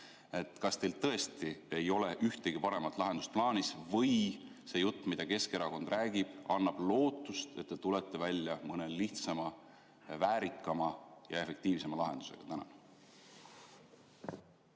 Kas teil tõesti ei ole ühtegi paremat lahendust plaanis? Või annab see jutt, mida Keskerakond räägib, lootust, et te tulete välja mõne lihtsama, väärikama ja efektiivsema lahendusega?